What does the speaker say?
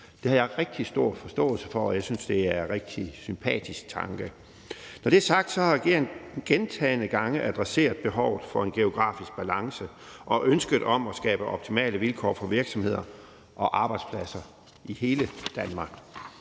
Det har jeg rigtig stor forståelse for, og jeg synes, det er en rigtig sympatisk tanke. Når det er sagt, har regeringen gentagne gange adresseret behovet for en geografisk balance og ønsket om at skabe optimale vilkår for virksomheder og arbejdspladser i hele Danmark.